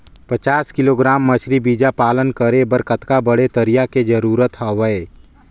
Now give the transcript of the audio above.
पचास किलोग्राम मछरी बीजा पालन करे बर कतका बड़े तरिया के जरूरत हवय?